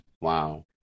Wow